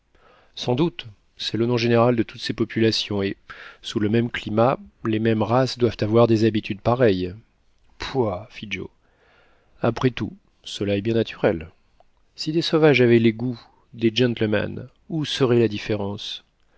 sans doute c'est le nom général de toutes ces populations et sous le même climat les mêmes races doivent avoir des habitudes pareilles pouah fit joe après tout cela est bien naturel si des sauvages avaient les goûts des gentlemen où serait la différence